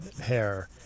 hair